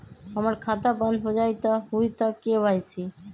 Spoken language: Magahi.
हमर खाता बंद होजाई न हुई त के.वाई.सी?